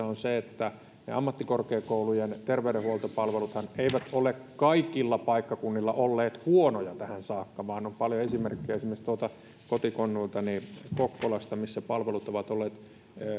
on se että ammattikorkeakoulujen terveydenhuoltopalveluthan eivät ole kaikilla paikkakunnilla olleet huonoja tähän saakka vaan on paljon esimerkkejä esimerkiksi tuolta kotikonnuiltani kokkolasta missä palvelut ovat olleet